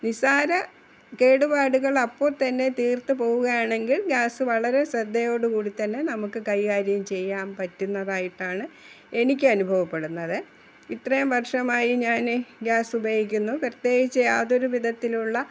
നിസാര കേടുപാടുകൾ അപ്പോൾ തന്നെ തീർത്തുപോവുകയാണെങ്കിൽ ഗ്യാസ് വളരെ ശ്രദ്ധയോടുകൂടി തന്നെ നമുക്ക് കൈകാര്യം ചെയ്യാൻ പറ്റുന്നതായിട്ടാണ് എനിക്ക് അനുഭവപ്പെടുന്നതെ ഇത്രയും വർഷമായി ഞാന് ഗ്യാസുപയോഗിക്കുന്നു പ്രത്യേകിച്ച് യാതൊരു വിധത്തിലുള്ള